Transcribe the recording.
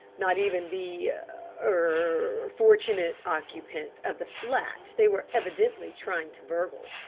not even the er fortunate occupant of the flat they were evidently trying to burgle.